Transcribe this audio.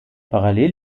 parallel